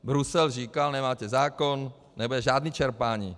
Brusel říkal: Nemáte zákon, nebude žádné čerpání.